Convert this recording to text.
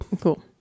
Cool